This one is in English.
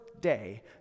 day